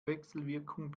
wechselwirkung